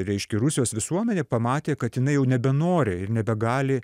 reiškia rusijos visuomenė pamatė kad jinai jau nebenori ir nebegali